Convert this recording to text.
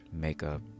Makeup